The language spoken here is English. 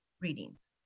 readings